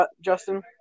Justin